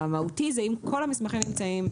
המהות היא שאם כל המסמכים נמצאים,